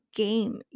game